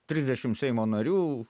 trisdešim seimo narių